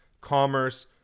commerce